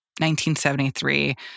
1973